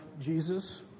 Jesus